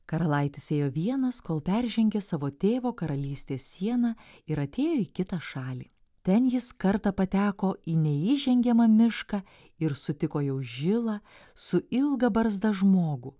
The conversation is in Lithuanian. karalaitis ėjo vienas kol peržengė savo tėvo karalystės sieną ir atėjo į kitą šalį ten jis kartą pateko į neįžengiamą mišką ir sutiko jau žilą su ilga barzda žmogų